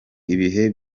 ibihe